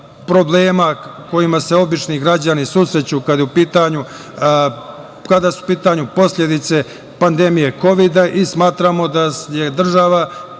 problema kojima se obični građani susreću kad su u pitanju posledice pandemije kovida i smatramo da je država